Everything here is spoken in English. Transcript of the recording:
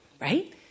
right